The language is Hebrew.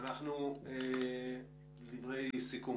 דברי סיכום.